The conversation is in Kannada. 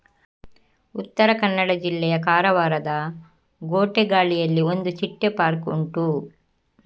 ಉತ್ತರ ಕನ್ನಡ ಜಿಲ್ಲೆಯ ಕಾರವಾರದ ಗೋಟೆಗಾಳಿಯಲ್ಲಿ ಒಂದು ಚಿಟ್ಟೆ ಪಾರ್ಕ್ ಉಂಟು